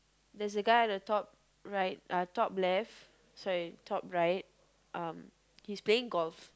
there's a guy at the top right uh top left sorry top right um he's playing golf